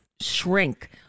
shrink